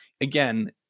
again